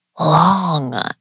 Long